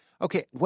Okay